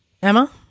Emma